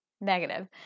negative